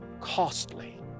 costly